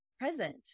present